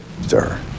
Sir